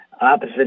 opposite